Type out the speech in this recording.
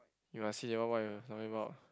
you must see that one what you talking about